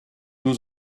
nous